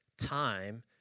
time